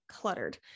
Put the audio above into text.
cluttered